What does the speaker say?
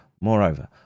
Moreover